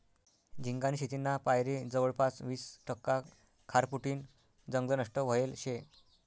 झिंगानी शेतीना पायरे जवयपास वीस टक्का खारफुटीनं जंगल नष्ट व्हयेल शे